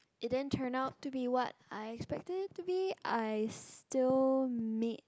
it then turn out to be what I expect it to be I still make